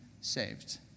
saved